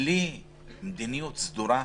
בלי מדיניות סדורה.